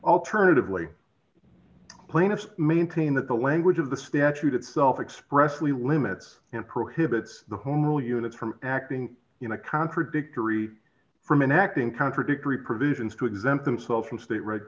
alternatively plaintiffs maintain that the language of the statute itself expressly limits and prohibits the home rule units from acting in a contradictory from enacting contradictory provisions to exempt themselves from state r